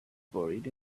buried